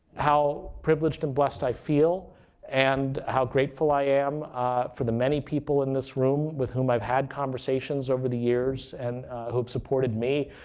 how privileged and blessed i feel and how grateful i am for the many people in this room with whom i've had conversations over the years and who have supported me.